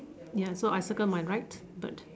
ya so I circle my right bird